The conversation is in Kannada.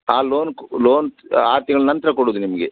ಆ ಲೋನ್ ಕೊ ಲೋನ್ ಆರು ತಿಂಗ್ಳ ನಂತರ ಕೊಡೋದು ನಿಮಗೆ